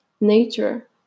Nature